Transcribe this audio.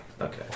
Okay